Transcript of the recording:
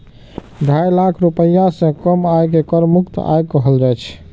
ढाई लाख रुपैया सं कम आय कें कर मुक्त आय कहल जाइ छै